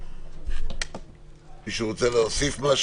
מישהו רוצה להוסיף?